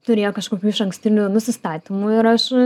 turėjo kažkokių išankstinių nusistatymų ir aš